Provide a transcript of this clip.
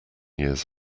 years